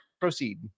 proceed